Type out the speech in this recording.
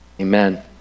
Amen